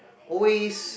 always